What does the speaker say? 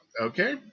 okay